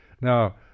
Now